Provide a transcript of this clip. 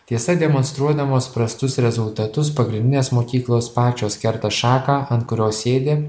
tiesa demonstruodamos prastus rezultatus pagrindinės mokyklos pačios kerta šaką ant kurios sėdi